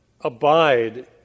abide